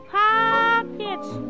pockets